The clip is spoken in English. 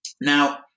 Now